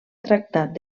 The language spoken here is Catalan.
tractat